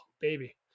baby